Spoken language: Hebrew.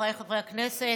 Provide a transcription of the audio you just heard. חבריי חברי הכנסת,